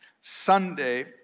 Sunday